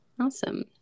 Awesome